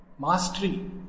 Mastery